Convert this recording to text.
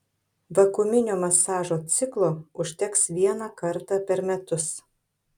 vakuuminio masažo ciklo užteks vieną kartą per metus